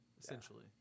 Essentially